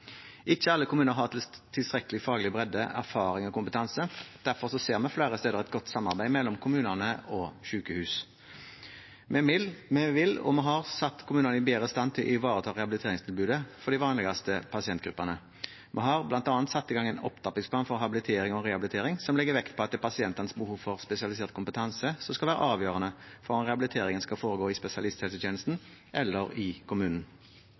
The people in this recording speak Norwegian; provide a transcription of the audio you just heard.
Ikke alle kommuner har tilstrekkelig faglig bredde, erfaring og kompetanse. Derfor ser vi flere steder et godt samarbeid mellom kommuner og sykehus. Vi vil sette – og vi har satt – kommunene bedre i stand til å ivareta rehabiliteringstilbudet for de vanligste pasientgruppene. Vi har bl.a. satt i gang en opptrappingsplan for habilitering og rehabilitering, som legger vekt på at det er pasientenes behov for spesialisert kompetanse som skal være avgjørende for om rehabiliteringen skal foregå i spesialisthelsetjenesten eller i kommunen.